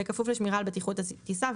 בכפוף לשמירה על בטיחות הטיסה,